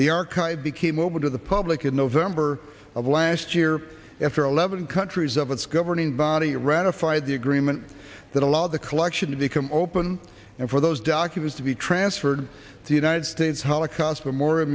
archives became open to the public in november of last year after eleven countries of its governing body ratified the agreement that allowed the collection to become open and for those documents to be transferred to the united states holocaust memorial